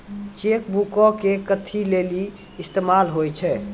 Cheque बुको के कथि लेली इस्तेमाल होय छै?